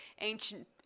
ancient